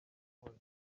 munsi